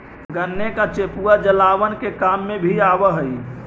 गन्ने का चेपुआ जलावन के काम भी आवा हई